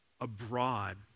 abroad